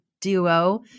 duo